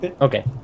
Okay